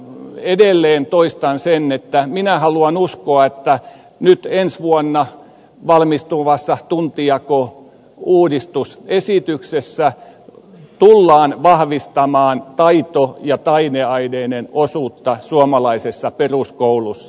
edelleen toistan sen että minä haluan uskoa että nyt ensi vuonna valmistuvassa tuntijakouudistusesityksessä tullaan vahvistamaan taito ja taideaineiden osuutta suomalaisessa peruskoulussa